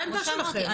כמו שאמרתי,